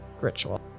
ritual